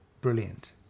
brilliant